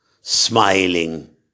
smiling